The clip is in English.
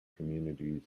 communities